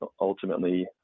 ultimately